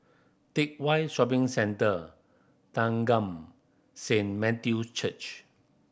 Teck Whye Shopping Centre Thanggam Saint Matthew Church